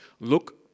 look